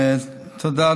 תודה.